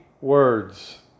words